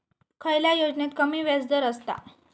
खयल्या योजनेत कमी व्याजदर असता?